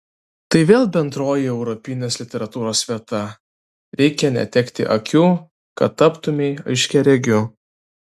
tai vėl bendroji europinės literatūros vieta reikia netekti akių kad taptumei aiškiaregiu